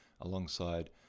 alongside